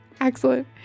Excellent